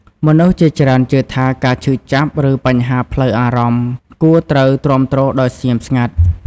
មនុស្សជាច្រើនជឿថា ការឈឺចាប់ ឬបញ្ហាផ្លូវអារម្មណ៍គួរត្រូវទ្រាំទ្រដោយស្ងៀមស្ងាត់។